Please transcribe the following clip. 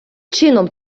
чином